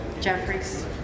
Jeffries